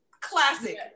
Classic